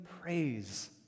praise